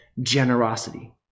generosity